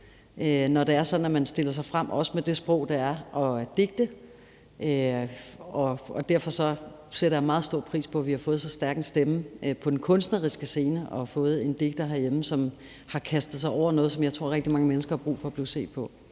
når det er sådan, at man stiller sig frem, også med det sprog, der er, bl.a. digte. Derfor sætter jeg meget stor pris på, at vi har fået så stærk en stemme på den kunstneriske scene; at vi har fået en digter herhjemme, som har kastet sig over noget, som jeg tror at rigtig mange mennesker har brug for at der bliver set på.